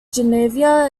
geneva